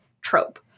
trope